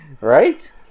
right